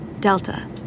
Delta